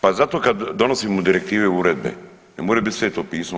Pa zato kad donosimo direktive i uredbe, ne moraju biti sveto pismo.